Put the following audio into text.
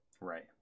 Right